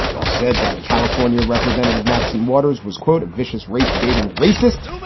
ah said that california representative maxine waters was, quote, a vicious race baiting racist.